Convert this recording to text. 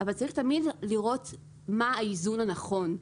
אבל צריך תמיד לראות מה האיזון הנכון.